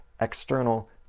external